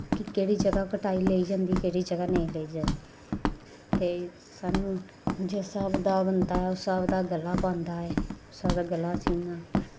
केह्ड़ी जगह कटाई लेई जानी केह्ड़ी जगह नेईं लेई जानी ते सानूं जिस स्हाब दा बंदा ऐ उस स्हाब दा गला बनदा ऐ उस्सै दा गला सीना